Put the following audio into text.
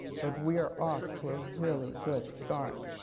but we are off to a really good start.